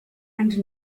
and